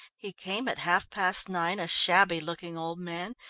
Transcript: he came at half-past nine, a shabby-looking old man,